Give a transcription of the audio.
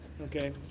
Okay